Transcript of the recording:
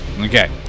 Okay